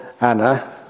Anna